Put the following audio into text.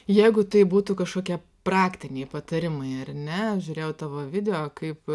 jeigu tai būtų kažkokie praktiniai patarimai ar ne žiūrėjau tavo video kaip